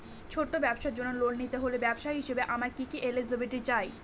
ছোট ব্যবসার জন্য লোন নিতে হলে ব্যবসায়ী হিসেবে আমার কি কি এলিজিবিলিটি চাই?